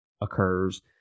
occurs